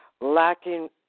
lacking